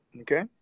okay